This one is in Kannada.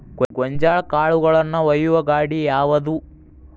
ಗೋಂಜಾಳ ಕಾಳುಗಳನ್ನು ಒಯ್ಯುವ ಗಾಡಿ ಯಾವದು?